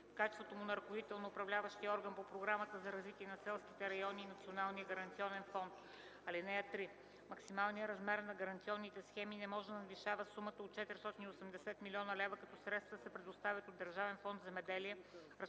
в качеството му на ръководител на Управляващия орган по Програмата за развитие на селските райони и Националния гаранционен фонд. (3) Максималният размер на гаранционните схеми не може да надвишава сумата от 480 млн. лв., като средствата се предоставят от Държавен фонд „Земеделие”